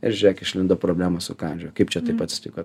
ir žiūrėk išlindo problemos sukandžiojo kaip čia taip atsitiko